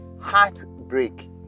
heartbreak